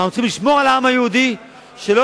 ואנחנו צריכים לשמור על העם היהודי כדי שלא